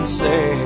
say